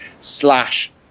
slash